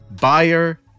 buyer